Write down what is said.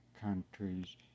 countries